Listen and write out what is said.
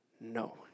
no